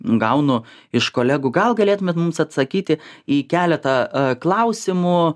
gaunu iš kolegų gal galėtumėt mums atsakyti į keletą klausimų